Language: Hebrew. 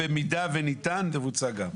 במידה וניתן, זה יבוצע גם.